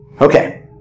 Okay